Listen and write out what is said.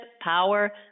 power